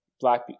Black